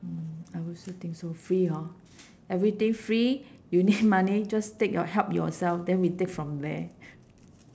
mm I also think so free hor everything free you need money just take or help yourself then we take from where